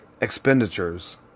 expenditures